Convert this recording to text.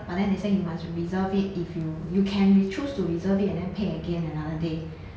but then they say you must reserve it if you you can be chose to reserve it and then pay again another day